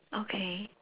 okay